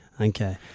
Okay